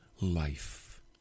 life